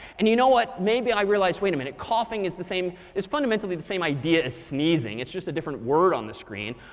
and you know what? maybe i realize, wait a minute. coughing is the same it's fundamentally the same idea as sneezing. it's just a different word on the screen.